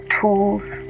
tools